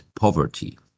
poverty